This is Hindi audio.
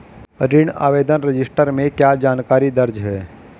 ऋण आवेदन रजिस्टर में क्या जानकारी दर्ज है?